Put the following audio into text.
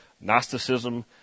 Gnosticism